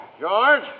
George